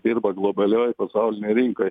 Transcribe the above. dirba globalioj pasaulinėj rinkoj